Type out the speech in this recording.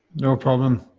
no problem.